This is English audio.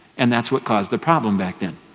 and that's what caused the problem back then.